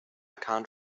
can’t